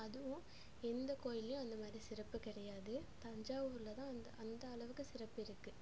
அதுவும் எந்த கோயில்லேயும் அந்தமாதிரி சிறப்பு கிடையாது தஞ்சாவூரில் தான் அந்த அந்தளவுக்கு சிறப்பு இருக்கு